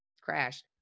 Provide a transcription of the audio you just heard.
crashed